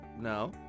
No